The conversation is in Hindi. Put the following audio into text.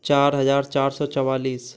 चार हजार चार सौ चवालीस